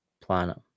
planet